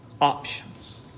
options